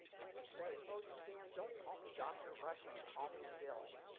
and he'd say, oh suzanne, don't call me dr rushing. call me bill.